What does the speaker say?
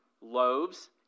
loaves